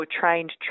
trained